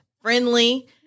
friendly